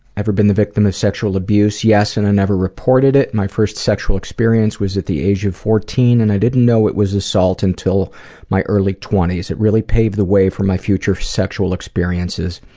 ever been the victim of sexual abuse? yes, and i never reported it. my first sexual experience was at the age of fourteen and i didn't know it was assault until my early twenty s. it really paved the way for my future sexual experiences.